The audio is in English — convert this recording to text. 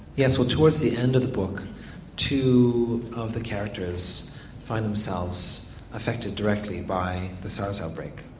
yes, well towards the end of the book two of the characters find themselves affected directly by the sars outbreak.